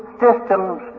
systems